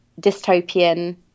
dystopian